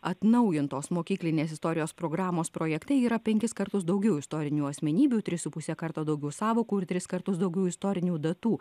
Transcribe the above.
atnaujintos mokyklinės istorijos programos projekte yra penkis kartus daugiau istorinių asmenybių tris su puse karto daugiau sąvokų ir tris kartus daugiau istorinių datų